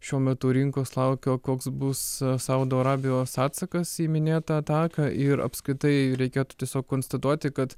šiuo metu rinkos laukia o koks bus saudo arabijos atsakas į minėtą ataką ir apskritai reikėtų tiesiog konstatuoti kad